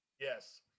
Yes